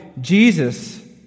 Jesus